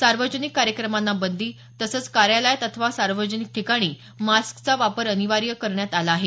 सार्वजनिक कार्यक्रमाना बंदी तसंच कार्यालयात अथवा सार्वजनिक ठिकाणी मास्कचा वापर अनिवार्य करण्यात आला आहे